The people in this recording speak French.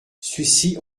sucy